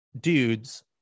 dudes